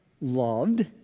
loved